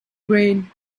brain